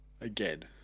again